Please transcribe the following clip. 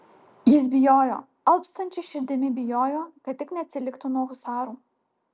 jis bijojo alpstančia širdimi bijojo kad tik neatsiliktų nuo husarų